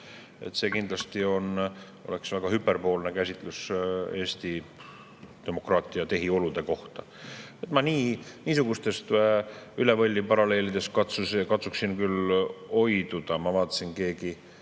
See kindlasti oleks väga hüperboolne käsitlus Eesti demokraatia tehioludest. Ma niisugustest üle võlli paralleelidest katsuksin küll hoiduda. Ma vaatasin, et keegi